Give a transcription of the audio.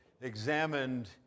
examined